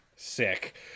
Sick